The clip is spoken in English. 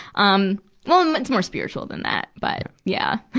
um um it's more spiritual than that. but, yeah.